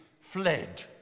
fled